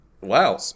Wow